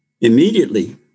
Immediately